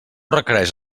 requereix